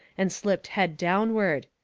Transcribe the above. and slipped head downward.